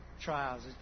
trials